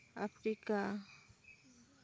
Africa